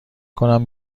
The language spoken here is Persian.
کنم